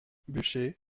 buchez